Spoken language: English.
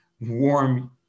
warm